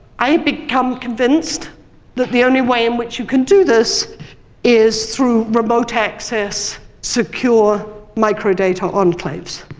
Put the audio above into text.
i've become convinced that the only way in which you can do this is through remote access, secure microdata enclaves.